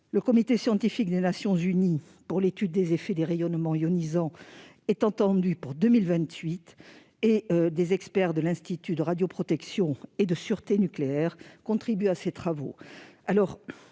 du comité scientifique des Nations unies pour l'étude des effets des rayonnements ionisants sont attendues pour 2028. Des experts de l'Institut de radioprotection et de sûreté nucléaire contribuent à ces travaux.